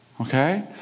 Okay